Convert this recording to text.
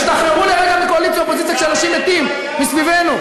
תשתחררו לרגע מקואליציה אופוזיציה כשאנשים מתים מסביבנו.